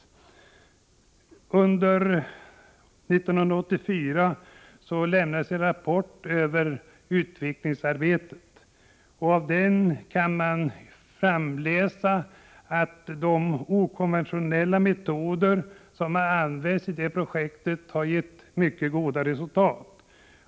År 1984 framlades en rapport över detta utvecklingsarbete. Av den kan man utläsa att de okonventionella metoder som använts i projektet har givit mycket goda resultat.